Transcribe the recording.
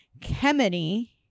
Kemeny